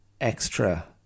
extra